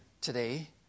today